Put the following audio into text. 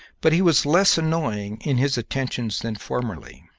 but he was less annoying in his attentions than formerly.